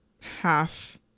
half